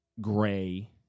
gray